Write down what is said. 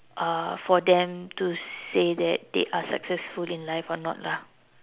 uh for them to say that they are successful in life or not lah